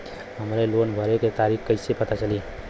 हमरे लोन भरे के तारीख कईसे पता चली?